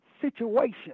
situation